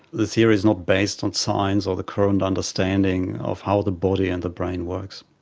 the theory is not based on science or the current understanding of how the body and the brain works.